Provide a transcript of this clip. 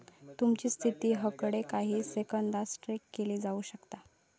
तुमची स्थिती हकडे काही सेकंदात ट्रॅक केली जाऊ शकता